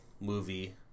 movie